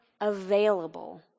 available